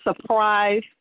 surprise